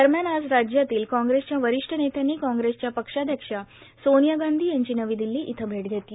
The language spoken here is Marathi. दरम्यान आज राज्यातील कॉग्रेसच्या वरिष्ठ नेत्यांनी कॉग्रेसच्या पक्षाध्यक्षा सोनिया गांधी यांची नवी दिल्ली इथं भेट घेतली